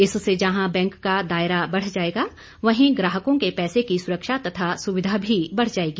इससे जहां बैंक का दायरा बढ़ जाएगा वहीं ग्राहकों के पैसे की सुरक्षा तथा सुविधा भी बढ़ जाएगी